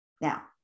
Now